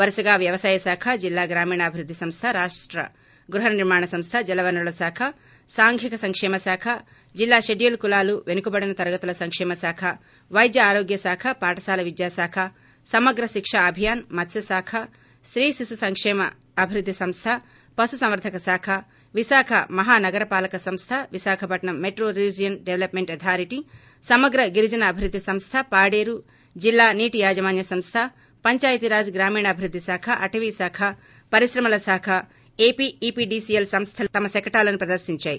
వరుసగా వ్యవసాయ శాఖ జిల్లా గ్రామీణాభివృద్ది సంస్థ రాష్ట గృహ నిర్మాణ సంస్థ జల వనరుల శాఖ సాంఘిక సంక్షేమ శాఖ జిల్లా షెడ్యూల్ కులాలు వెనుకబడిన తరగతుల సంక్షేమ శాఖ వైద్య ఆరోగ్య శాఖ పాఠశాల విద్యాశాఖ సమగ్ర శిక్ష అభియాన్ మత్స్కశాఖ స్తీ శిశు సంకేమ అభివృద్ది సంస్థ పశుసంవర్గక శాఖ విశాఖ మహా నగర పాలక సంస్ల Visakhapatnam metro region development authority సమగ్ర గిరిజన అభివృద్ది సంస్థ పాడేరు జిల్లా నీటి యాజమాన్య సంస్థ పంచాయతీరాజ్ గ్రామీణాభివృద్ది శాఖ అటవీశాఖ పరిశ్రమల కాఖ ఏపీ ఈపీడీసీఎల్ సంస్థలు తమ శకటాలను ప్రదర్నించాయి